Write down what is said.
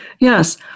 Yes